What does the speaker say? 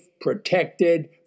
protected